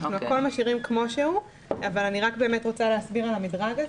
את הכול אנחנו משאירים כמו שהוא אבל אני רוצה להסביר על המדרג הזה.